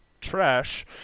trash